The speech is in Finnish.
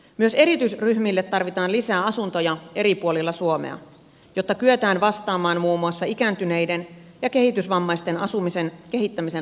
myös erityisryhmille tarvitaan lisää asuntoja eri puolilla suomea jotta kyetään vastaamaan muun muassa ikääntyneiden ja kehitysvammaisten asumisen kehittämisen haasteisiin